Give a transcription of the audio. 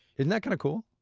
isn't that kind of cool?